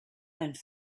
and